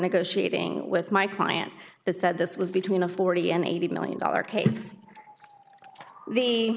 negotiating with my client that said this was between a forty and eighty million dollar case the